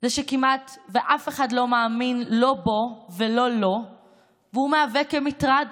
זה שכמעט אף אחד לא מאמין לא בו ולא לו והוא מהווה מטרד,